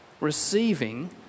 receiving